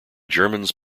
germans